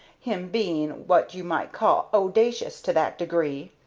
him being what you might call owdacious to that degree.